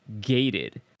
gated